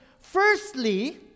Firstly